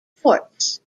forts